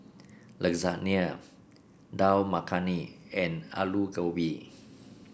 Lasagna Dal Makhani and Alu Gobi